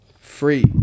free